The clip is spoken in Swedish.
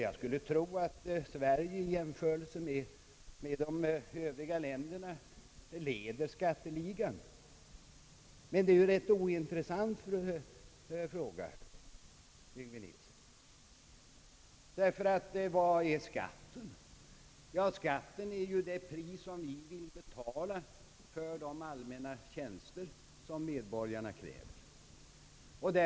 Jag skulle tro att Sverige i jämförelse med de övriga länderna leder skatteligan. Men det är ju rätt ointressant, herr Yngve Nilsson, ty vad är skatten? Skatten är ju det pris som vi vill betala för de allmänna tjänster som medborgarna kräver.